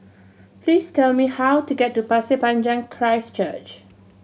please tell me how to get to Pasir Panjang Christ Church